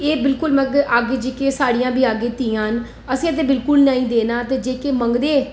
एह् बिल्कुल मतलब अज्ज साढ़ियां बी अग्गे धीआं न असें ते बिल्कुल नेईं देना ते जेह्के मंगदे